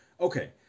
Okay